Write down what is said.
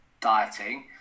dieting